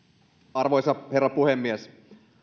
arvoisa herra puhemies